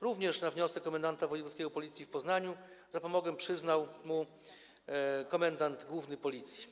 Również na wniosek komendanta wojewódzkiego Policji w Poznaniu zapomogę przyznał mu komendant główny Policji.